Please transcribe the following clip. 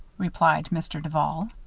replied mr. duval.